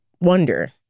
wonder